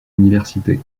université